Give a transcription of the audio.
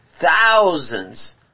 thousands